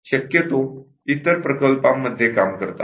शक्यतो इतर प्रकल्पांमध्ये काम करतात